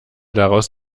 daraus